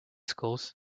schools